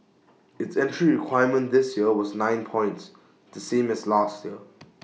its entry requirement this year was nine points the same as last year